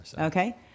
okay